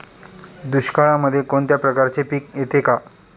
दुष्काळामध्ये कोणत्या प्रकारचे पीक येते का?